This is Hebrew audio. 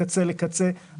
מקצה לקצה,